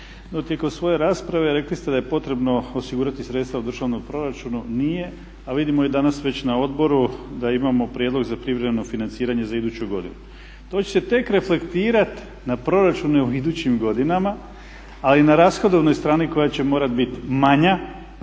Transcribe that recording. tijekom svoje rasprave rekli ste da je potrebno osigurati sredstva u državnom proračunu nije, a vidimo i danas već na odboru da imamo prijedlog za privremeno financiranje za iduću godinu. To će se tek reflektirati na proračune u idućim godinama, ali na rashodovnoj strani koja će morat bit manja.